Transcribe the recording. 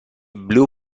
blu